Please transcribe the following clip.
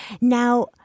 Now